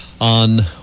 on